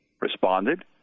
responded